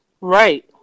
Right